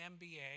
MBA